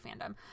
fandom